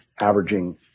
averaging